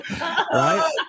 Right